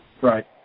Right